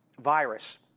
virus